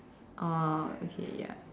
oh okay ya